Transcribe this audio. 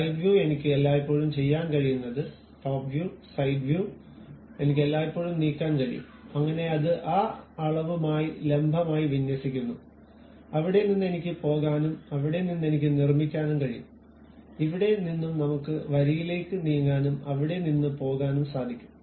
side view എനിക്ക് എല്ലായ്പ്പോഴും ചെയ്യാൻ കഴിയുന്നത് ടോപ്പ് വ്യൂ സൈഡ് വ്യൂ എനിക്ക് എല്ലായ്പ്പോഴും നീക്കാൻ കഴിയും അങ്ങനെ അത് ആ അളവുമായി ലംബമായി വിന്യസിക്കുന്നു അവിടെ നിന്ന് എനിക്ക് പോകാനും അവിടെ നിന്ന് എനിക്ക് നിർമ്മിക്കാൻ കഴിയും ഇവിടെ നിന്നും നമുക്ക് വരിയിലേക്ക് നീങ്ങാനും അവിടെനിന്ന് പോകാനും സാധിക്കും